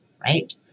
right